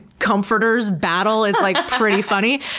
comforters, battle is like pretty funny.